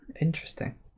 interesting